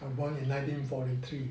I'm born in nineteen forty three